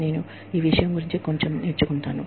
నేను ఈ విషయం గురించి కొంచెం నేర్చుకుంటాను